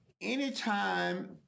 anytime